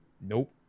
Nope